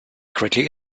greatly